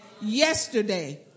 Yesterday